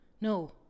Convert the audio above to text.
No